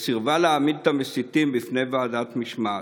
וסירבה להעמיד את המסיתים בפני ועדת משמעת.